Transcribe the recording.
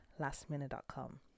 lastminute.com